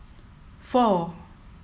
four